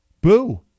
Boo